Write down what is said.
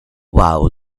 wow